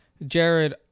Jared